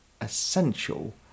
essential